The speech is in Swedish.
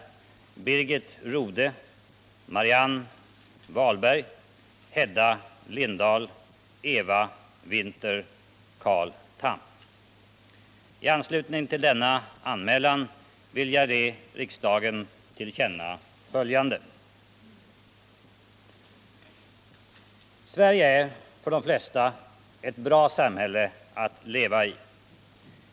I anslutning till denna anmälan vill jag ge riksdagen till känna följande: Sverige är för de flesta ett bra samhälle att leva i.